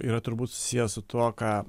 yra turbūt susiję su tuo ką